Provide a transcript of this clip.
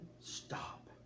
stop